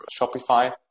Shopify